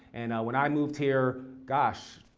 and when i moved here, gosh,